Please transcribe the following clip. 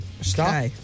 stop